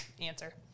answer